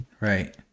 Right